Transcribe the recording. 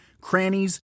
crannies